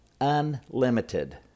unlimited